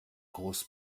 groß